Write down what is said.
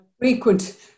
frequent